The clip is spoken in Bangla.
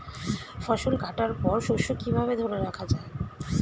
ফসল কাটার পর শস্য কিভাবে ধরে রাখা য়ায়?